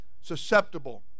susceptible